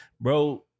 bro